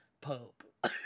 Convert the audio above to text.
Pope